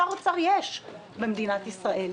שר אוצר יש במדינת ישראל.